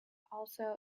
also